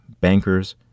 bankers